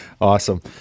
awesome